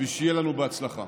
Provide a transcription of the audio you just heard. ושיהיה לנו בהצלחה.